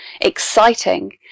exciting